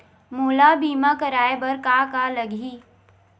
मोला बीमा कराये बर का का लगही?